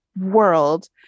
world